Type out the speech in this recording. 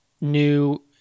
new